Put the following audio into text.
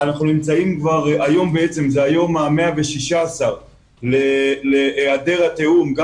היום זה היום ה-116 להיעדר התיאום גם